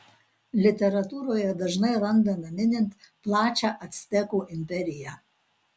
literatūroje dažnai randame minint plačią actekų imperiją